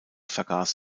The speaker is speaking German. vergaß